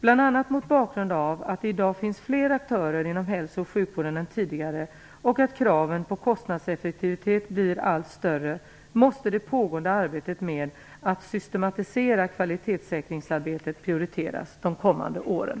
Bl.a. mot bakgrund av att det i dag finns fler aktörer inom hälsooch sjukvården än tidigare och att kraven på kostnadseffektivitet blir allt större måste det pågående arbetet med att systematisera kvalitetssäkringsarbetet prioriteras de kommande åren.